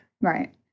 Right